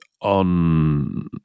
on